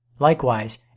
Likewise